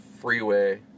freeway